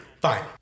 Fine